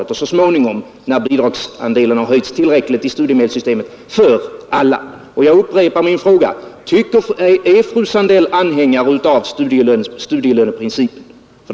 Och så småningom, när bidragsandelen i studiemedelssystemet har höjts tillräckligt, måste det bli bättre för alla. Jag upprepar mina frågor: 1. Är fröken Sandell anhängare av studielönsprincipen? 2.